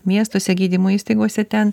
miestuose gydymo įstaigose ten